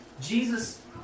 Jesus